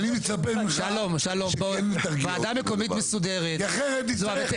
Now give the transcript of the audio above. ואני מצפה ממך שכן תרגיע אותי כי אחרת נצטרך --- משפט.